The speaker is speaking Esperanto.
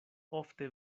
ofte